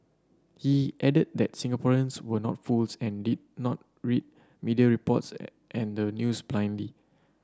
he added that Singaporeans were not fools and did not read media reports and the news blindly